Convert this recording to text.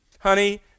honey